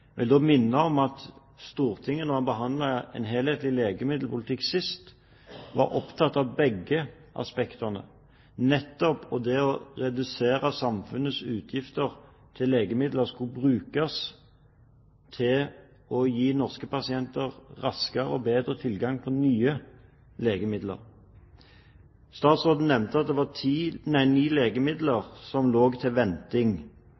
vil da minne om at da Stortinget behandlet en helhetlig legemiddelpolitikk sist, var man opptatt av begge aspektene. Nettopp det å redusere samfunnets utgifter til legemidler skulle brukes til å gi norske pasienter raskere og bedre tilgang til nye legemidler. Statsråden nevnte at det var